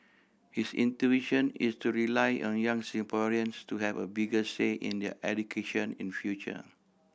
his intuition is to rely on young Singaporeans to have a bigger say in their education in future